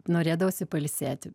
norėdavosi pailsėti